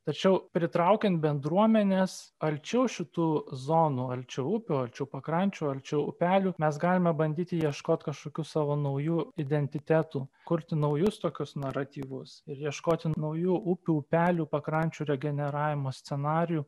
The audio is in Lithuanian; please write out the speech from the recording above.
tačiau pritraukiant bendruomenes arčiau šitų zonų arčiau upių arčiau pakrančių arčiau upelių mes galime bandyti ieškot kažkokių savo naujų identitetų kurti naujus tokius naratyvus ir ieškoti naujų upių upelių pakrančių regeneravimo scenarijų